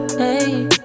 hey